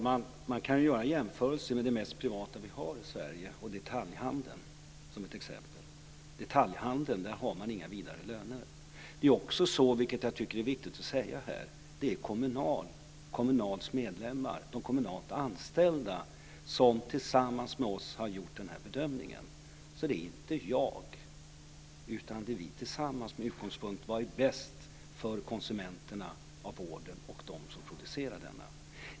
Fru talman! Vi kan göra en jämförelse med det mest privata vi har i Sverige, nämligen detaljhandeln. I detaljhandeln är det inga vidare löner. Det är viktigt att säga att det är Kommunals medlemmar, de kommunalt anställda, som tillsammans med oss har gjort denna bedömning. Det är inte jag utan vi tillsammans som har haft som utgångspunkt vad som är bäst för konsumenterna av vården och för dem som producerar denna.